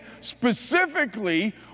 specifically